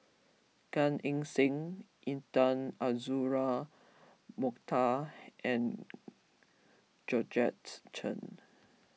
Gan Eng Seng Intan Azura Mokhtar and Georgette Chen